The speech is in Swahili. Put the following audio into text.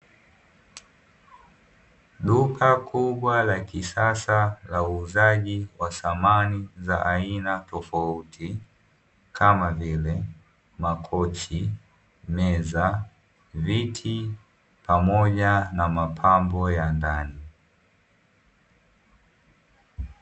Duka kubwa la kisasa la uuzaji wa samani za aina tofauti, kama vile makocha, meza, viti, pamoja na mapambo ya ndani.